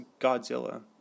Godzilla